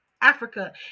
Africa